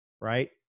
Right